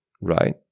right